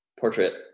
portrait